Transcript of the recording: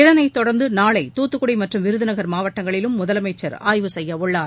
இதனைத் தொடர்ந்து நாளை தூத்துக்குடி மற்றும் விருதுநகர் மாவட்டங்களிலும் முதலமைச்சர் ஆய்வு செய்யவுள்ளார்